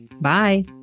Bye